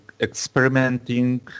experimenting